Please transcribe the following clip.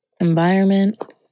environment